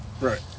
Right